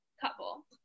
Couple